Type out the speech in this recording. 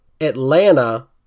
atlanta